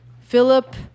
Philip